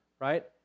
right